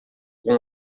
com